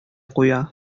куя